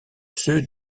ceux